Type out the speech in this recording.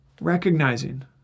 recognizing